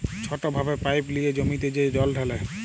ছট ভাবে পাইপ লিঁয়ে জমিতে যে জল ঢালে